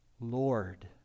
Lord